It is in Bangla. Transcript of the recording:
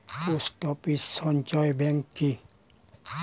পোস্ট অফিস সঞ্চয় ব্যাংক কি?